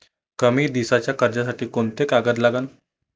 कमी दिसाच्या कर्जासाठी कोंते कागद लागन?